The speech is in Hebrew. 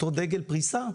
אותו דגל פריסה,